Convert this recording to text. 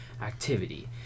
activity